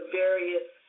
various